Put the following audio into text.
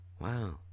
wow